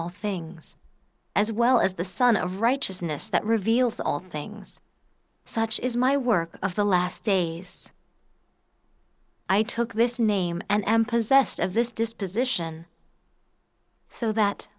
all things as well as the sun of righteousness that reveals all things such as my work of the last days i took this name and am possessed of this disposition so that